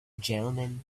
gentleman